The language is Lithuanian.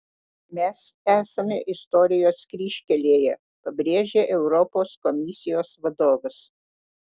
mes esame istorijos kryžkelėje pabrėžė europos komisijos vadovas